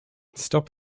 stop